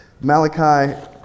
Malachi